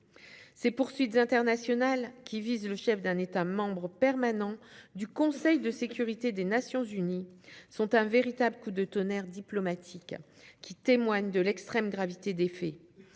Ces poursuites internationales, qui visent le chef d'un État membre permanent du Conseil de sécurité des Nations unies, sont un véritable coup de tonnerre diplomatique, qui témoigne de l'extrême gravité des faits.